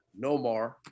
Nomar